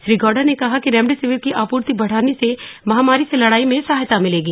श्री गौड़ा ने कहा कि रेमडेसिविर की आपूर्ति बढ़ने से महामारी से लड़ाई में सहायता मिलेगी